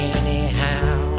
anyhow